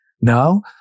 Now